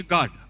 God